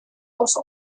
aus